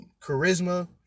charisma